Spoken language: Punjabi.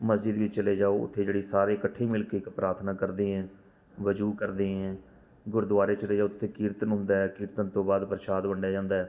ਮਸਜਿਦ ਵਿੱਚ ਚਲੇ ਜਾਓ ਉੱਥੇ ਜਿਹੜੇ ਸਾਰੇ ਇਕੱਠੇ ਮਿਲ ਕੇ ਇੱਕ ਠੇ ਕਰਦੇ ਹੈ ਵਜ਼ੂ ਕਰਦੇ ਹੈ ਗੁਰਦੁਆਰੇ ਚਲੇ ਜਾਓ ਤਾਂ ਉੱਥੇ ਕੀਰਤਨ ਹੁੰਦਾ ਕੀਰਤਨ ਤੋਂ ਬਾਅਦ ਪ੍ਰਸ਼ਾਦ ਵੰਡਿਆ ਜਾਂਦਾ